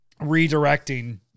redirecting